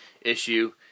issue